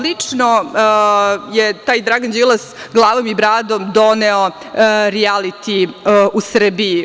Lično je taj Dragan Đilas, glavom i bradom, doneo rijaliti u Srbiju.